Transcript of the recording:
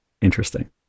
interesting